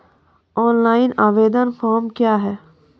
Online आवेदन form क्या हैं?